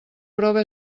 prova